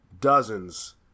dozens